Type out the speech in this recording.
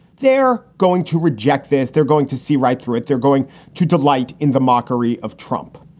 they're going to reject this. they're going to see right through it. they're going to delight in the mockery of trump.